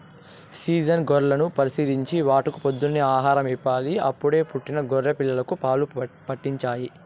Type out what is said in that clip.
season గొర్రెలను పరిశీలించి వాటికి పొద్దున్నే ఆహారం ఇవ్వాలి, అప్పుడే పుట్టిన గొర్రె పిల్లలకు పాలు పాట్టించాలి